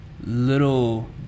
little